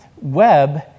web